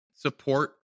support